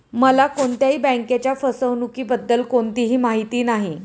मला कोणत्याही बँकेच्या फसवणुकीबद्दल कोणतीही माहिती नाही